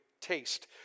taste